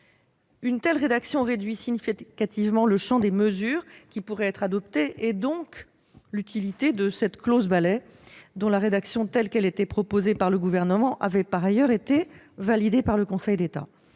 Une telle rédaction réduit significativement le champ des mesures qui pourraient être adoptées, et donc l'utilité de cette clause balai dont la rédaction telle qu'elle était proposée par le Gouvernement avait été validée par le Conseil d'État.